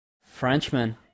Frenchman